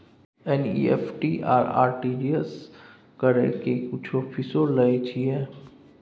NEFT आ RTGS करै के कुछो फीसो लय छियै?